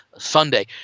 sunday